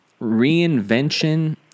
reinvention